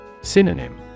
Synonym